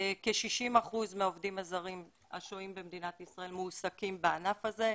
כ-60% מהעובדים הזרים השוהים במדינת ישראל מועסקים בענף הזה.